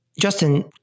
Justin